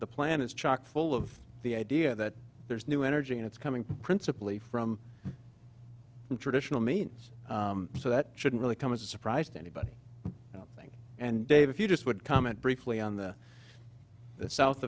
the plan is chock full of the idea that there's new energy and it's coming principally from traditional means so that shouldn't really come as a surprise to anybody thing and dave if you just would comment briefly on the south